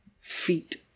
feet